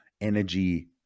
energy